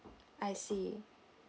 I see